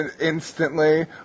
instantly